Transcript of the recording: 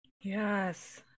Yes